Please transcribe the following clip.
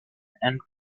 and